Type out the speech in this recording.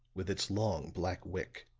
with its long black wick,